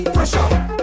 Pressure